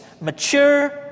mature